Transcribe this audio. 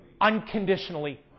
unconditionally